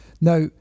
Now